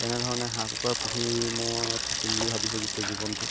তেনেধৰণে হাঁহ কুকুৰা পুহি মই থাকিম বুলি ভাবিছোঁ গোটেই জীৱনটো